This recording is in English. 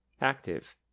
active